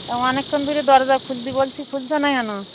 অনেকক্ষণ ধরে দরজা খুলতে বলছি খুলছ না কেন